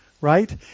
right